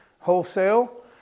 wholesale